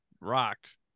rocked